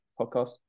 podcast